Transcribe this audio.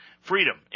Freedom